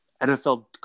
NFL